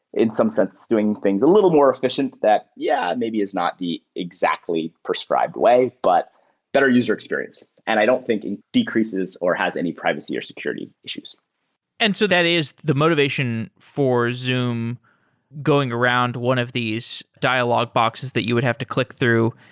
in some sense, doing things a little more efficient that, yeah, maybe is not the exactly prescribed way. but better user experience, and i don't think it decreases or has any privacy or security issues and so that is the motivation for zoom going around one of these dialog boxes that you would have to click through.